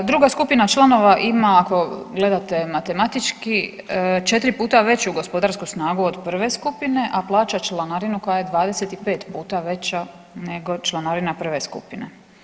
Druga skupina članovima ima, ako gledate matematički, 4 puta veću gospodarsku snagu od prve skupine, a plaća članarinu koja je 25 puta veća nego članarina prve skupine.